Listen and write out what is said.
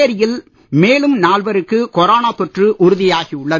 புதுச்சேரியில் மேலும் நால்வருக்கு கொரோனா தொற்று உறுதியாகி உள்ளது